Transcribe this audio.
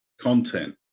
content